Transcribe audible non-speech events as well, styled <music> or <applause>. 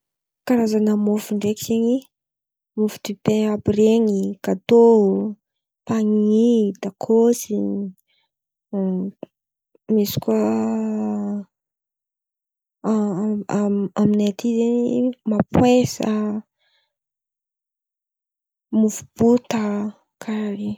Karazan̈a môfo ndraiky zen̈y môfo dipay àby ren̈y, getô, paniny, takôsy, misy koa <hesitation> aminay aty zen̈y mapoesa mofo bota karà zen̈y.